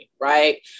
Right